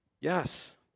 Yes